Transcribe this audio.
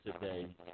today